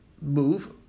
move